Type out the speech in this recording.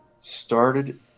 started